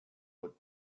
would